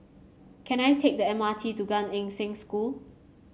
can I take the M R T to Gan Eng Seng School